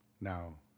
Now